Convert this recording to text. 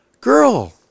Girl